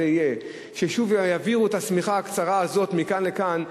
תהיה ששוב יעבירו את השמיכה הקצרה הזאת מכאן לכאן,